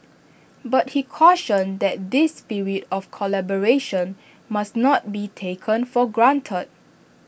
but he cautioned that this spirit of collaboration must not be taken for granted